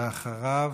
ואחריו,